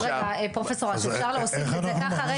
אז רגע, פרופ' אש, אפשר להוסיף את זה ככה?